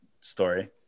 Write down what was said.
story